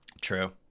True